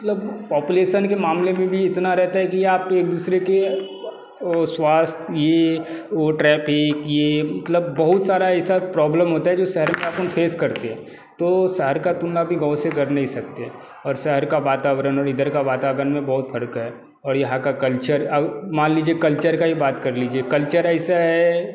मतलब पॉपलेसन के मामले में भी इतना रहता है कि आप एक दुसरे के ओ स्वास्थी ये वो ट्रैपक ये मतलब बहुत सारा ऐसा प्रॉब्लम होता है जो शहर में अपन फेस करते हैं तो शहर का तुलना भी गाँव से कर नहीं सकते और शहर के वातावरण और इधर के वातावरण में बहुत फ़र्क़ है और यहाँ का कल्चर अब मान लीजिए कल्चर की ही बात कर लीजिए कल्चर ऐसा है